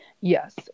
Yes